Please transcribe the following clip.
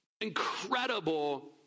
Incredible